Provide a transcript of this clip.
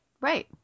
Right